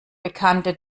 bekannte